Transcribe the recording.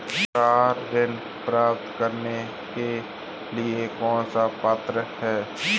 Car ऋण प्राप्त करने के लिए कौन पात्र है?